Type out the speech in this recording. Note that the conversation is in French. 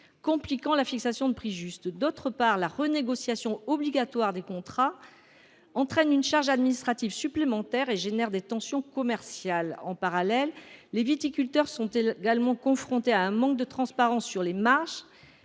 compliquant la fixation de prix justes. D’autre part, la renégociation obligatoire des contrats entraîne une charge administrative supplémentaire et génère des tensions commerciales. En parallèle, les viticulteurs sont également confrontés à un manque de transparence sur les marges